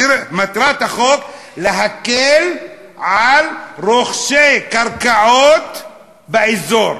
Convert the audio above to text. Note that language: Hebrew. תראה, מטרת החוק להקל על רוכשי קרקעות באזור.